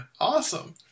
awesome